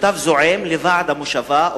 מכתב זועם לוועד המושבה,